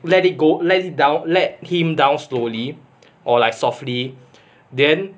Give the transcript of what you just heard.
let it go let him down let him down slowly or like softly then